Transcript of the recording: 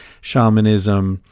shamanism